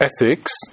ethics